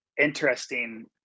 interesting